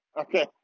Okay